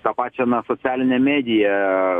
tą pačią na socialinę mediją